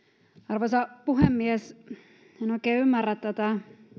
arvoisa puhemies en oikein ymmärrä tätä